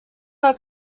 are